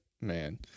man